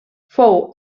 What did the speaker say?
fou